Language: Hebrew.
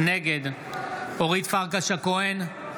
נגד אורית פרקש הכהן,